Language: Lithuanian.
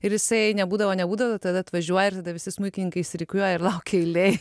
ir jisai nebūdavo nebūdavo tada atvažiuoja ir tada visi smuikininkai išsirikiuoja ir laukia eilėj